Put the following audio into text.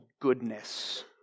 goodness